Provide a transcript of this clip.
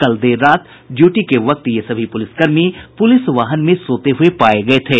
कल देर रात ड्यूटी के वक्त ये सभी पुलिसकर्मी पुलिस वाहन में सोते हुए पाये गये थे